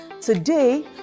Today